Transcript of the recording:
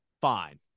fine